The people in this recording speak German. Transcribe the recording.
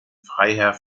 freiherr